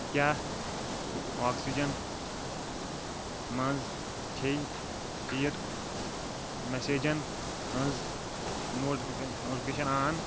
کیٛاہ آکسِجن منٛز چھےٚ چیٹ میسیجن ہٕنٛز نوٹفکیشن نوٹفکیشن آن ؟